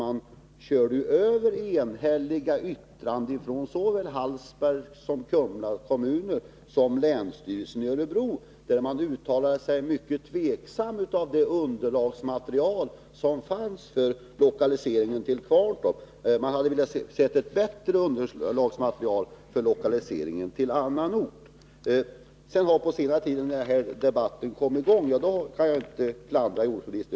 Man körde ju över enhälliga yttranden från såväl Hallsbergs och Kumla kommuner som länsstyrelsen i Örebro län, där man ställde sig mycket tveksam med ledning av underlagsmaterialet i fråga om lokaliseringen till Kvarntorp — man hade velat se ett bättre underlagsmaterial för lokaliseringen till annan ort. På senare tid, när debatten kommit i gång, kan jag inte klandra jordbruksministern.